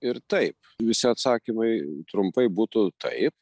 ir taip visi atsakymai trumpai būtų taip